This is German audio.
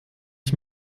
ich